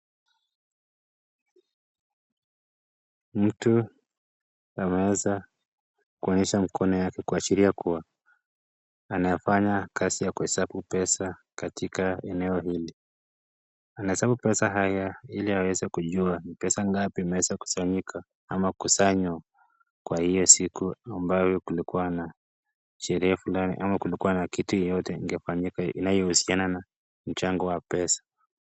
Mtu ameweza kuonyesha mkono yake kuashiria kuwa, anafanya kazi ya kuhesabu pesa katika eneo hili. Anahesabu pesa haya iliaweze kujua pesa ngapi imekusanyika ama kusanywa kwa hiyo siku ambayo kulikuwa na sherehe fulani ama kulikuwa na kitu yeyote ingefanyika inayohusiana na mchango wa pesa.